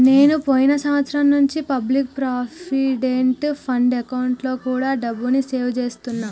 నేను పోయిన సంవత్సరం నుంచి పబ్లిక్ ప్రావిడెంట్ ఫండ్ అకౌంట్లో కూడా డబ్బుని సేవ్ చేస్తున్నా